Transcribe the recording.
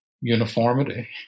uniformity